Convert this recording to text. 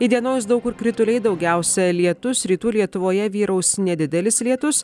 įdienojus daug kur krituliai daugiausiai lietus rytų lietuvoje vyraus nedidelis lietus